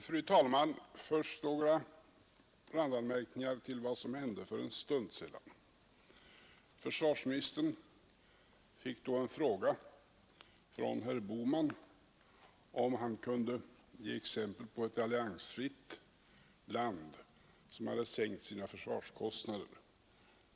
Fru talman! Först några randanmärkningar till vad som hände för en stund sedan. Försvarsministern fick då en fråga från herr Bohman om han kunde ge exempel på ett alliansfritt land som hade sänkt sina försvarskostnader.